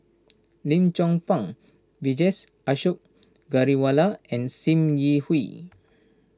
Lim Chong Pang Vijesh Ashok Ghariwala and Sim Yi Hui